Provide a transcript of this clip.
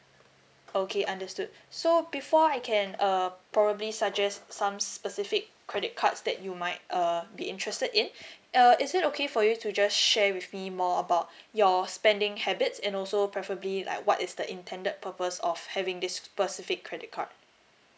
okay understood so before I can uh probably suggest some specific credit cards that you might uh be interested in uh is it okay for you to just share with me more about your spending habits and also preferably like what is the intended purpose of having this specific credit card